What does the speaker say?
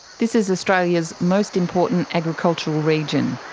this is australia's most important agricultural region.